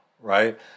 right